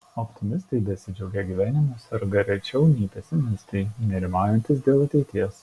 optimistai besidžiaugią gyvenimu serga rečiau nei pesimistai nerimaujantys dėl ateities